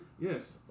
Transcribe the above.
Yes